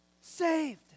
saved